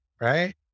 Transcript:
right